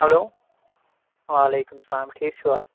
hello وعلیکم السلام ٹھیٖک چھُوا